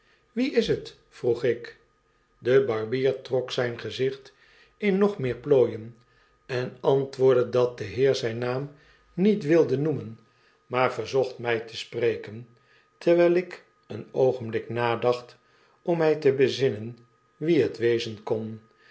wie is het vroeg ik de barbier trok zyn gezicht in nog meer plooien en antwoordde dat de heer zijn naam niet wildenoemen maar verzocht mij te spreken terwyl ik een oogenblik nadacht om mij tebezinnenwie het wezen kon